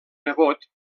nebot